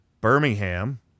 Birmingham